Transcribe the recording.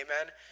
Amen